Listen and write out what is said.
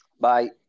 bye